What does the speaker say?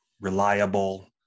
reliable